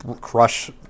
crush